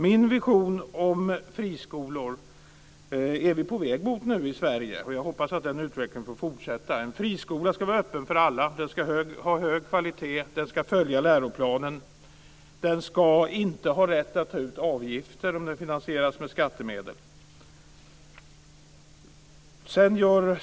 Vi är nu i Sverige på väg mot min vision om friskolor, och jag hoppas att den utvecklingen får fortsätta. En friskola ska vara öppen för alla, den ska ha hög kvalitet, den ska följa läroplanen och den ska inte ha rätt att ta ut avgifter om den finansieras med skattemedel.